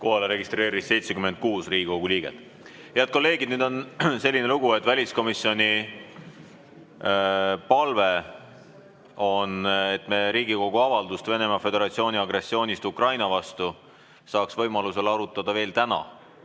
Kohalolijaks registreerus 76 Riigikogu liiget. Head kolleegid, nüüd on selline lugu, et väliskomisjoni palve on, et me Riigikogu avaldust Venemaa Föderatsiooni agressioonist Ukraina vastu arutaksime võimalusel juba täna,